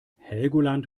helgoland